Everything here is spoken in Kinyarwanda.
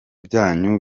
byanyu